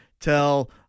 Tell